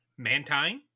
Mantine